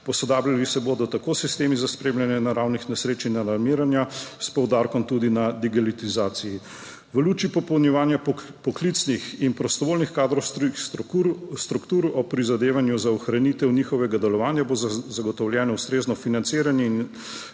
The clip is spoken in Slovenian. posodabljali se bodo tako sistemi za spremljanje naravnih nesreč in alarmiranja, s poudarkom tudi na digitalizaciji. V luči popolnjevanja poklicnih in prostovoljnih kadrovskih struktur, ob prizadevanju za ohranitev njihovega delovanja, bo zagotovljeno ustrezno financiranje in